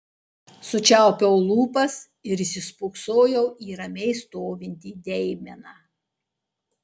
sučiaupiau lūpas ir įsispoksojau į ramiai stovintį deimeną